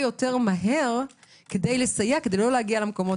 או אותו הטבת נזק כדי לסייע ולא להגיע למקומות